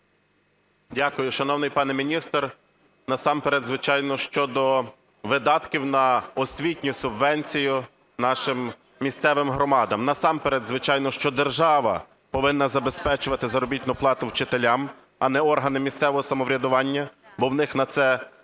Дякую. Шановний пане міністр, насамперед, звичайно, щодо видатків на освітню субвенцію нашим місцевим громадам. Насамперед, звичайно, що держава повинна забезпечувати заробітну плату вчителям, а не органи місцевого самоврядування, бо у них на це